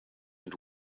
and